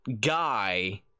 guy